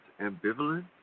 ambivalent